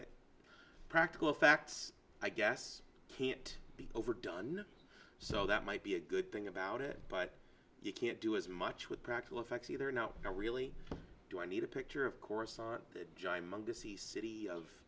practical facts i guess can't be overdone so that might be a good thing about it but you can't do as much with practical effects either not really do i need a picture of course on the city of